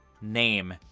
name